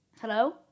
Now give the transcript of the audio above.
Hello